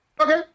Okay